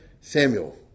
Samuel